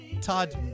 Todd